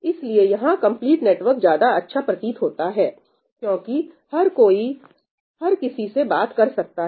इसलिए यहां complete network ज्यादा अच्छा प्रतीत होता है क्योंकि हर कोई हर किसी से बात कर सकता है